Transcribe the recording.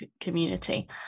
community